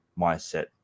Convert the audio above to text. mindset